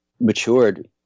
matured